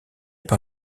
par